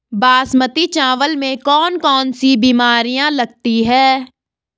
बासमती चावल में कौन कौन सी बीमारियां लगती हैं?